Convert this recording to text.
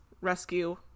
Rescue